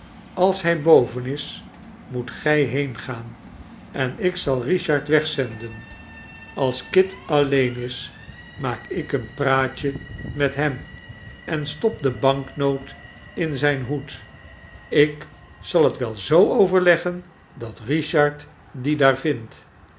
als hij boven is moet gij heengaan en ik zal richard wegzenden als kit alleen is maak ik een praatje met hem en stop de banknoot in zijn hoed ik zal het wel zoo overleggen dat richard die daar vindt